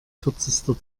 kürzester